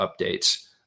updates